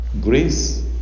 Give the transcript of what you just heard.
Grace